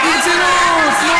ברצינות.